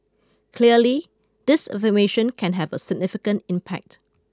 clearly disinformation can have a significant impact